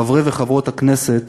חברי וחברות הכנסת,